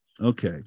Okay